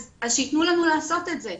אז שיתנו לנו לעשות את זה.